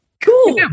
Cool